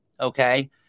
okay